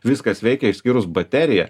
viskas veikia išskyrus bateriją